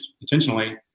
intentionally